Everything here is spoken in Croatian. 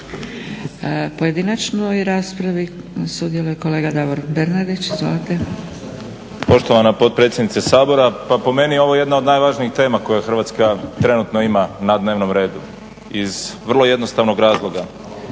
pojedinačnoj raspravi sudjeluje kolega Davor Bernardić, izvolite. **Bernardić, Davor (SDP)** Poštovana potpredsjednice, pa po meni ovo je jedna od najvažnijih tema koje Hrvatska trenutno ima na dnevnom redu iz vrlo jednostavnog razloga.